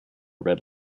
red